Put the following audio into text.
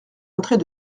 entrait